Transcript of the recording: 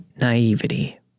naivety